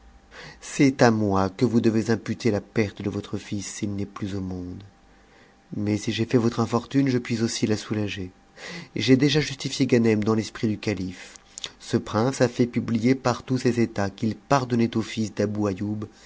c'est à moi que vous devez imputer la perte de votre flls s'il n'est plus au monde mais si j'ai fait votre infortune je puis aussi la soulager j'ai déjà justifié ganem dans l'esprit du calife ce prince a fait publier par tous ses états qu'il pardonnait au fils